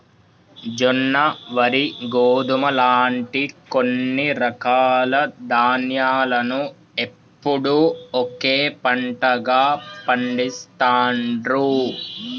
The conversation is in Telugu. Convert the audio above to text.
జొన్న, వరి, గోధుమ లాంటి కొన్ని రకాల ధాన్యాలను ఎప్పుడూ ఒకే పంటగా పండిస్తాండ్రు